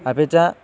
अपि च